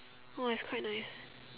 no is quite nice